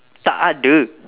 tak aduh